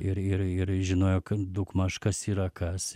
ir ir ir žinojo kad daugmaž kas yra kas